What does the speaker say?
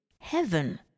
Heaven